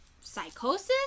psychosis